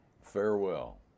farewell